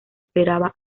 esperaba